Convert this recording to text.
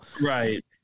Right